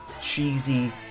cheesy